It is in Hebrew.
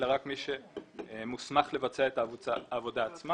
אלא רק על מי שמוסמך לבצע את העבודה עצמה.